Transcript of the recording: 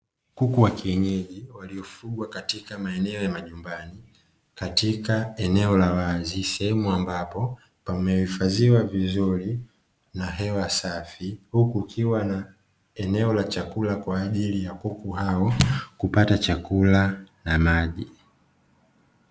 Kuku wa kienyeji waliofugwa katika maeneo ya majumbani katika eneo la wazi, sehemu ambapo pamehifadhiwa vizuri na hewa safi, huku kukiwa na eneo la chakula kwaajili ya kuku hao kupata chakula na maji.